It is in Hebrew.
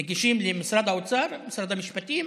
מגישים למשרד האוצר, למשרד המשפטים,